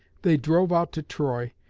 they drove out to troy,